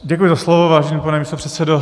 Děkuji za slovo, vážený pane místopředsedo.